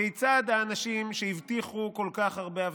כיצד האנשים שהבטיחו כל כך הרבה הבטחות,